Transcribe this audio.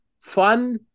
fun